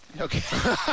Okay